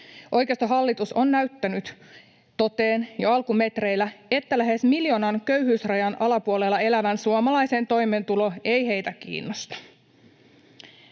Oikeastaan hallitus on näyttänyt toteen jo alkumetreillä, että lähes miljoonan köyhyysrajan alapuolella elävän suomalaisen toimeentulo ei heitä kiinnosta.